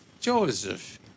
Joseph